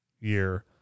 year